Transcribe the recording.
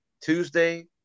Tuesday